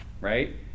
right